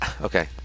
Okay